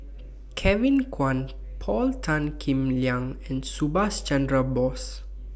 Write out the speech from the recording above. Kevin Kwan Paul Tan Kim Liang and Subhas Chandra Bose